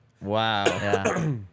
Wow